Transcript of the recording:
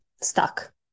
stuck